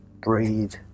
breathe